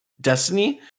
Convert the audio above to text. destiny